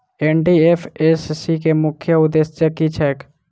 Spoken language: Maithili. एन.डी.एफ.एस.सी केँ मुख्य उद्देश्य की छैक?